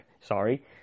sorry